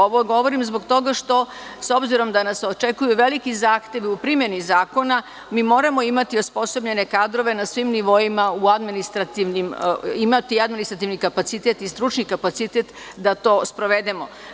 Ovo govorim zbog toga što nas očekuju veliki zahtevi u primeni zakona i moramo imati osposobljene kadrove na svim nivoima, imati administrativni kapacitet i stručni kapacitet da to sprovedemo.